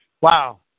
Wow